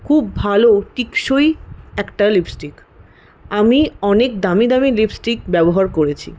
খুব ভালো টেকসই একটা লিপস্টিক আমি অনেক দামি দামি লিপস্টিক ব্যবহার করেছি